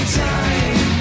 time